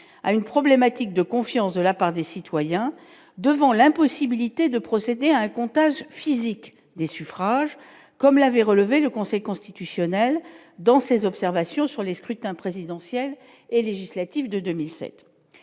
à une problématique de confiance de la part des citoyens devant l'impossibilité de procéder à un comptage physique des suffrages, comme l'avait relevé le Conseil constitutionnel dans ses observations sur les scrutins présidentiel et législatif de 2007,